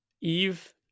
Eve